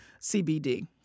CBD